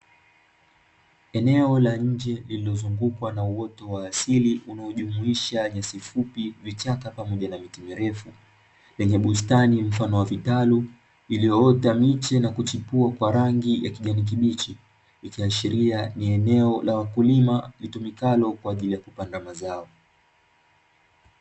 Eneo la nje lililozungukwa na uoto wa asili unaojumuisha na nyasi fupi, vichaka pamoja na miti mirefu lenye bustani mfano wa vitalu iliyoota miche na kuchipua kwa rangi ya kijani kibichi ikiashiria ni eneo la wakulima litumikalo kwa ajili ya kupanda mazao.